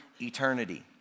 eternity